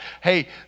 hey